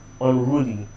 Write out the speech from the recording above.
unruly